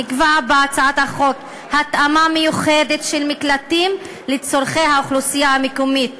נקבע בהצעת החוק התאמה מיוחדת של מקלטים לצורכי האוכלוסייה המקומית